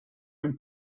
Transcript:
own